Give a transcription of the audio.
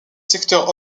secteur